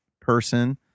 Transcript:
person